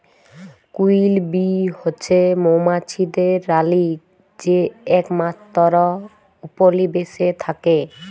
queen bee হছে মোমাছিদের রালী যে একমাত্তর উপলিবেশে থ্যাকে